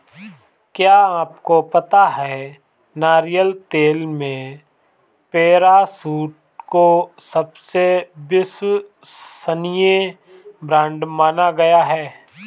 क्या आपको पता है नारियल तेल में पैराशूट को सबसे विश्वसनीय ब्रांड माना गया है?